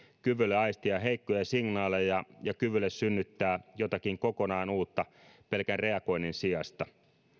kyvylle aistia heikkoja signaaleja ja kyvylle synnyttää jotakin kokonaan uutta pelkän reagoinnin sijasta